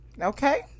Okay